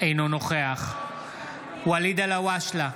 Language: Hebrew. אינו נוכח ואליד אלהואשלה,